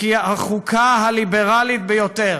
"החוקה הליברלית ביותר